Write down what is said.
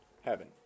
heaven